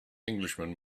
englishman